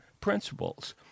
principles